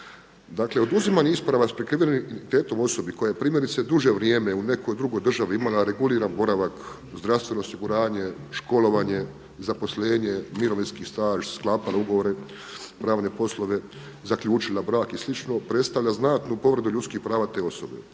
Dakle oduzimanje isprava s prikrivenim identitetom osobi koja je primjerice duže vrijeme u nekoj državi imala reguliran boravak, zdravstveno osiguranje, školovanje, zaposlenje, mirovinski staž, sklapane ugovore, pravne poslove, zaključila brak i slično predstavlja znatnu povredu ljudskih prava te osobe.